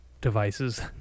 devices